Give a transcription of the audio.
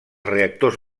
reactors